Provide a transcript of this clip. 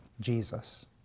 Jesus